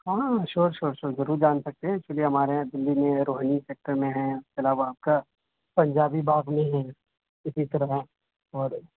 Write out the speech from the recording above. ہاں ہاں ہاں شیور شیور شیور ضرور جان سکتے ہیں ایکچولی ہمارے یہاں دہلی میں روہینی سیکٹر میں ہیں اس کے علاوہ آپ کا پنجابی باغ میں ہیں اسی طرح اور